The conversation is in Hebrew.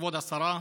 כבוד השרה,